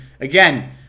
again